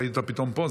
ראיתי אותה פתאום פה,